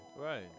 Right